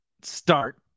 start